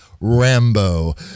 Rambo